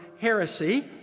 heresy